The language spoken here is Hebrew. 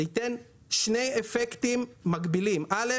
זה ייתן שני אפקטים מקבילים: הראשון,